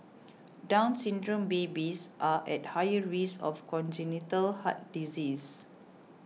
Down Syndrome babies are at higher risk of congenital heart diseases